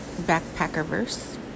Backpackerverse